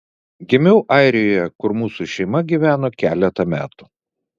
gimiau airijoje kur mūsų šeima gyveno keletą metų